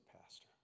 pastor